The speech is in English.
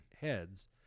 heads